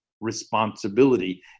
responsibility